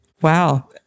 Wow